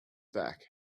back